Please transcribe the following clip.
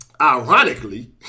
ironically